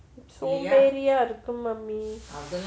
சோம்பேரியா இருக்கு:somberiyaa irukku mummy